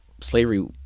Slavery